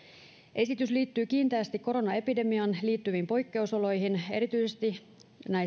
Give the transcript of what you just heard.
esitys liittyy kiinteästi koronaepidemiaan liittyviin poikkeusoloihin erityisesti